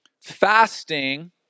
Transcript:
fasting